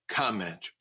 comment